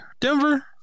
Denver